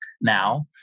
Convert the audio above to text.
now